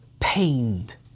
pained